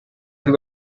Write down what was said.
più